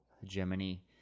hegemony